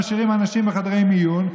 משאירים אנשים בחדרי מיון,